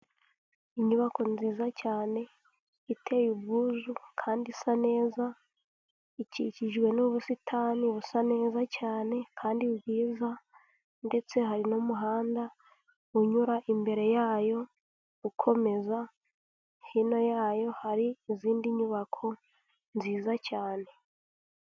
Inyubako nziza cyane iteye ubwuzu kandi isa neza, ikikijwe n'ubusitani busa neza cyane kandi bwiza ndetse hari n'umuhanda unyura imbere yayo, ukomeza hino yayo hari izindi nyubako nziza cyane.